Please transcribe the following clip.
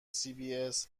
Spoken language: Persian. cbs